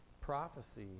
prophecy